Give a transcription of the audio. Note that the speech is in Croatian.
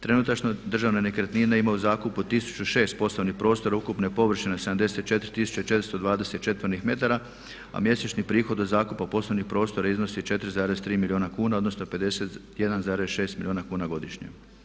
Trenutačno državne nekretnine imaju u zakupu 1006 poslovnih prostora ukupne površine 74420 četvornih metara, a mjesečni prihod od zakupa poslovnih prostora iznosi 4,3 milijuna kuna, odnosno 51,6 milijuna kuna godišnje.